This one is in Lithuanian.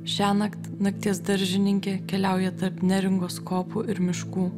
šiąnakt nakties daržininkė keliauja tarp neringos kopų ir miškų